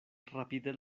rapide